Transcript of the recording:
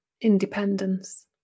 independence